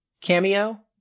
cameo